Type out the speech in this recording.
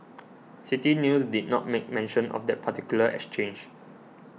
City News did not make mention of that particular exchange